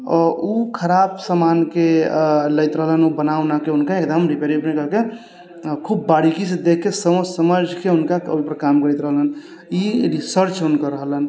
उ खराब सामानके लैत रहलनि उ बना उनाके हुनका एगदम रिपेयरिंग उपेरिङ्ग कऽके खूब बारीकीसँ देखिके समझि समझिके काम करैत रहलनि ई रिसर्च हुनकर रहलनि